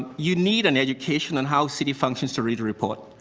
you need an education on how city functions to read the report.